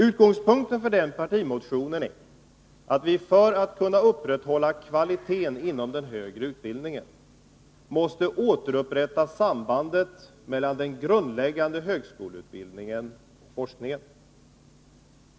Utgångspunkten för den partimotionen är att vi, för att kunna upprätthålla kvaliteten inom den högre utbildningen, måste återupprätta sambandet mellan den grundläggande högskoleutbildningen och forskningen.